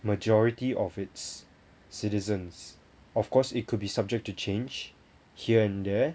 majority of its citizens of course it could be subject to change here and there